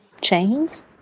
chains